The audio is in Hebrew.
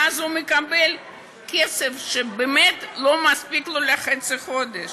ואז הוא מקבל כסף שלא מספיק לו לחצי חודש,